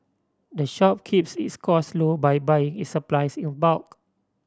the shop keeps its costs low by buying its supplies in a bulk